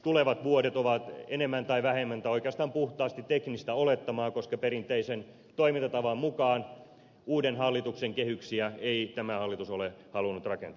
tulevat vuodet ovat enemmän tai vähemmän tai oikeastaan puhtaasti teknistä olettamaa koska perinteisen toimintatavan mukaan uuden hallituksen kehyksiä ei tämä hallitus ole halunnut rakentaa